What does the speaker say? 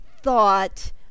thought